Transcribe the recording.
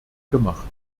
gemacht